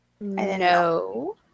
No